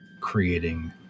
creating